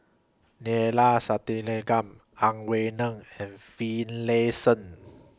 Neila Sathyalingam Ang Wei Neng and Finlayson